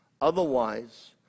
Otherwise